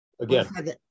again